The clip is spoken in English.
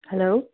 hello